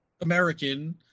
American